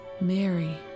Mary